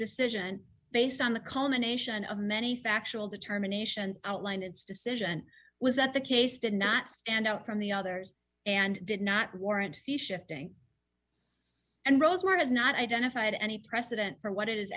decision based on the culmination of many factual determination outlined its decision was that the case did not stand out from the others and did not warrant a few shifting and rosemont has not identified any precedent for what it is